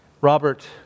Robert